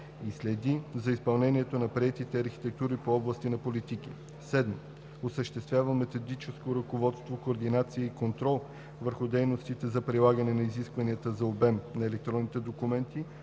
и следи за изпълнението на приетите архитектури по области на политики; 7. осъществява методическо ръководство, координация и контрол върху дейностите за прилагане на изискванията за обмена на електронни документи